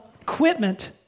equipment